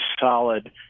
solid